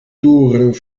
toren